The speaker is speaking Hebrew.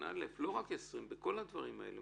לא רק 20, בכל הדברים האלה.